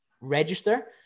register